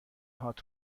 هات